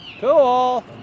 Cool